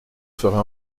ferai